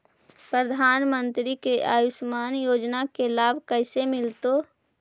प्रधानमंत्री के आयुषमान योजना के लाभ कैसे मिलतै?